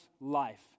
life